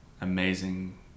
amazing